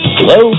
Hello